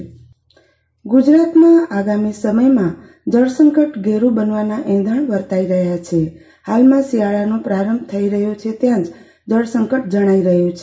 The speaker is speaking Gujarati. આરતી ભદ્દ ગુજરાત જળસંકટ ગુજરાતમાં આગામી સમયમાં જળ સંકટ ઘેરું બનવાના ઇંધણ વર્તાઈ રહ્યા છે હાલમાં શિયાળાનો પ્રારંભ થઇ રહ્યો છે ત્યાં જ જળ સંકટ જણાઈ રહ્યું છે